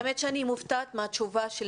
האמת היא שאני מופתעת מתשובתה של